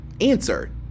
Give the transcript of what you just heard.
answer